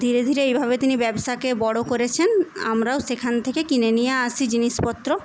ধীরে ধীরে এইভাবে তিনি ব্যবসাকে বড় করেছেন আমরাও সেখান থেকে কিনে নিয়ে আসি জিনিসপত্র